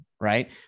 Right